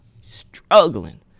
struggling